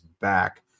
back